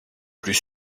plus